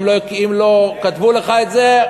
אם לא כתבו לך את זה,